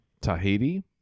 Tahiti